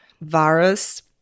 virus